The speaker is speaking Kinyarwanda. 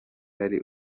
ari